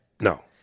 No